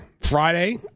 friday